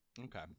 Okay